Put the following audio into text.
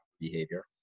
behavior